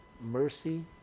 mercy